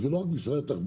זה לא רק במשרד התחבורה.